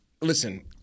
listen